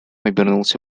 обернулся